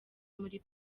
muli